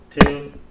two